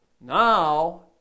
Now